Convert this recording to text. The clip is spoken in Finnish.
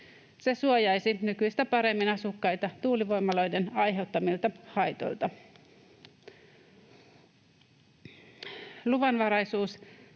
Se suojaisi nykyistä paremmin asukkaita tuulivoimaloiden aiheuttamilta haitoilta. Luvanvaraisuus